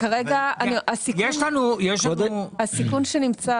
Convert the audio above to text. הסיכון שנמצא